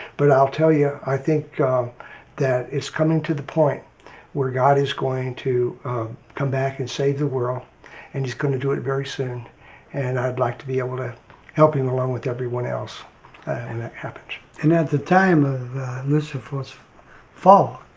but i'll tell ya, i think that it's coming to the point where god is going to come back and save the world and he's going to do it very soon and i'd like to be able to help him along with everyone else when that happens. and at the time of lucifer's fall,